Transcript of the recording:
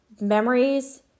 Memories